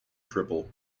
triple